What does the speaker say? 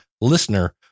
listener